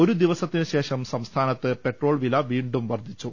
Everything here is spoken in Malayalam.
ഒരു ദിവസത്തിന് ശേഷം സംസ്ഥാനത്ത് പെട്രോൾ വില വീണ്ടും വർധിച്ചു